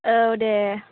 औ दे